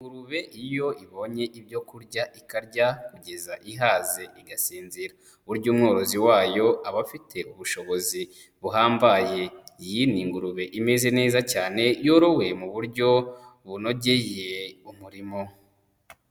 Ingurube iyo ibonye ibyo kurya ikarya kugeza ihaze igasinzira, burya umworozi wayo aba afite ubushobozi buhambaye, iyi ni ingurube imeze neza cyane yorowe mu buryo bunogeye umurimo.